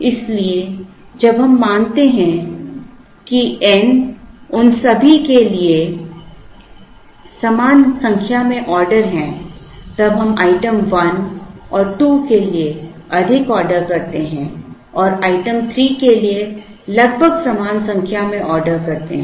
इसलिए जब हम मानते हैं कि n उन सभी के लिए समान संख्या में ऑर्डर है तब हम आइटम 1 और 2 के लिए अधिक ऑर्डर करते हैं और आइटम 3 के लिए लगभग समान संख्या में ऑर्डर करते हैं